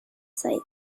sites